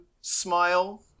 smile